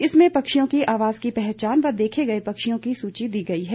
इसमें पक्षियों की आवाज की पहचान व देखे गए पक्षियों की सूची दी गई है